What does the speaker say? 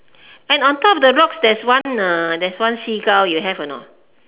and on top the rocks there's one uh there's one seagull you have or not